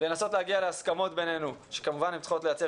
לנסות להגיע להסכמות בינינו שכמובן הן צריכות לייצר